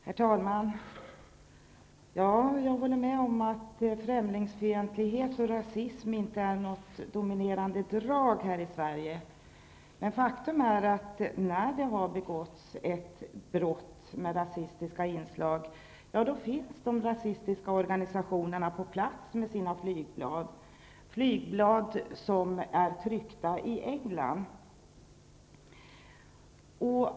Herr talman! Jag håller med om att främlingsfientlighet och rasism inte är några dominerande drag här i Sverige. Men ett faktum är att när det har begåtts ett brott med rasistiska inslag finns de rasistiska organisationerna på plats med sina flygblad, som är tryckta i England.